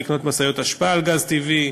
לקנות משאיות אשפה הפועלות על גז טבעי.